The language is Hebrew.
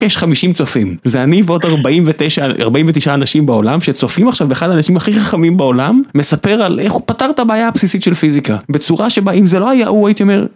יש חמישים צופים, זה אני ועוד ארבעים ותשע, ארבעים ותשעה אנשים בעולם, שצופים עכשיו באחד האנשים הכי חכמים בעולם מספר על איך הוא פתר את הבעיה הבסיסית של פיזיקה. בצורה שבה אם זה לא היה הוא, הייתי אומר...